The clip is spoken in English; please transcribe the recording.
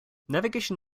navigation